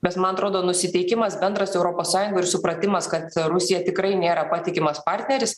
bet man atrodo nusiteikimas bendras europos sąjungoj ir supratimas kad rusija tikrai nėra patikimas partneris